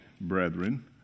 brethren